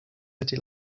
city